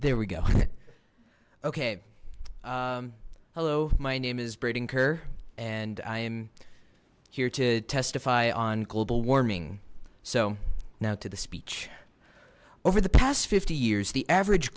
there we go okay hello my name is braden kerr and i am here to testify on global warming so now to the speech over the past fifty years the average